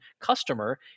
customer